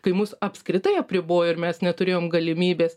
kai mus apskritai apribojo ir mes neturėjom galimybės